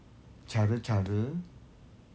cara-cara